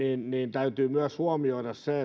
täytyy myös huomioida se